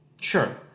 Sure